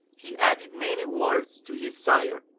he added many words to his sire,